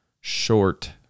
short